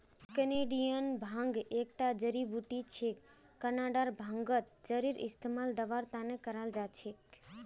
Canadian भांग एकता जड़ी बूटी छिके कनाडार भांगत जरेर इस्तमाल दवार त न कराल जा छेक